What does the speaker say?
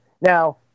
Now